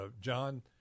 John